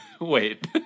Wait